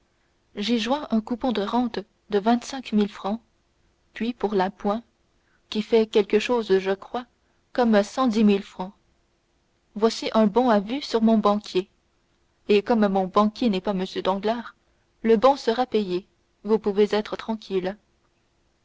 j'y joins un coupon de rente de vingt-cinq mille francs puis pour l'appoint qui fait quelque chose je crois comme cent dix mille francs voici un bon à vue sur mon banquier et comme mon banquier n'est pas m danglars le bon sera payé vous pouvez être tranquille